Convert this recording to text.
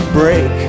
break